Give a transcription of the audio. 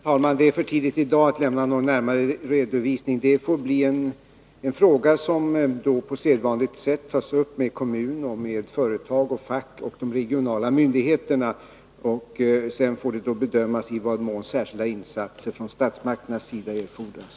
Herr talman! Det är för tidigt att i dag lämna någon närmare redovisning. Det får bli en fråga som på sedvanligt sätt tas upp med kommun, företag, fack och regionala myndigheter. Sedan får det bedömas i vad mån särskilda insatser från statsmakternas sida erfordras.